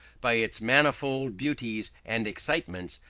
by its manifold beauties and excitements,